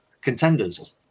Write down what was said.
contenders